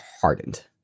hardened